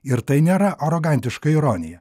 ir tai nėra arogantiška ironija